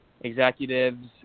executives